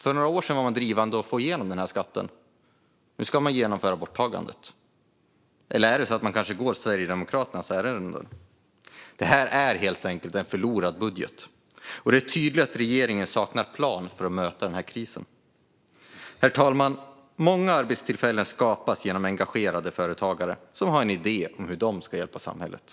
För några år sedan var man drivande i att få igenom skatten, men nu ska man genomföra borttagandet. Eller så går man kanske Sverigedemokraternas ärenden. Det är helt enkelt en förlorad budget, och det är tydligt att regeringen saknar en plan för att möta krisen. Herr talman! Många arbetstillfällen skapas genom engagerade företagare som har en idé om hur de ska hjälpa samhället.